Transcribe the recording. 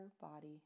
body